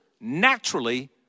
naturally